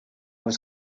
was